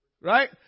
Right